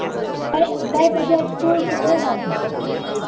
अरे कै बजे इस्कूल खुलेगा